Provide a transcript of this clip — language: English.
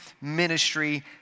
ministry